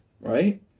right